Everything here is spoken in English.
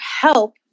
help